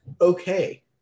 okay